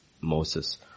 Moses